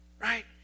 right